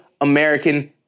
American